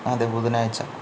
അതെ ബുധനാഴ്ച്ച